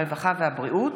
הרווחה והבריאות,